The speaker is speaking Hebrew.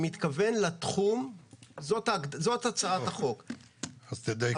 זאת הצעת החוק -- אז תדייקו.